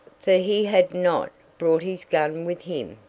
for he had not brought his gun with him.